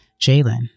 Jalen